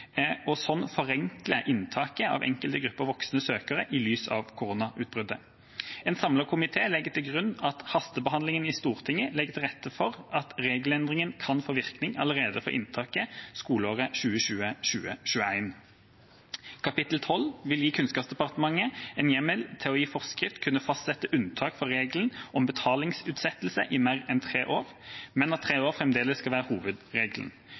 og på den måten forenkle inntaket av enkelte grupper voksne søkere i lys av koronautbruddet. En samlet komité legger til grunn at hastebehandlingen i Stortinget legger til rette for at regelendringen kan få virkning allerede for inntaket skoleåret 2020–2021. Kapittel 12 vil gi Kunnskapsdepartementet en hjemmel til i forskrift å kunne fastsette unntak fra regelen om betalingsutsettelse i mer enn tre år, men at tre år fremdeles skal være hovedregelen.